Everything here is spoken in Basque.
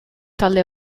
talde